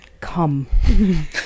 come